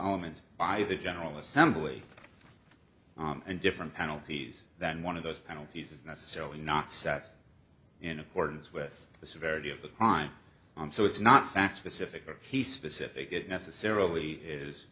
elements by the general assembly and different penalties than one of those penalties is necessarily not set in accordance with the severity of the crime so it's not fact specific or the specific it necessarily